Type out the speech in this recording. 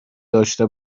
داشته